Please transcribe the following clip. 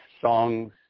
songs